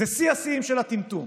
זה שיא השיאים של הטמטום